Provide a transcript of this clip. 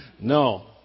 No